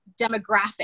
demographic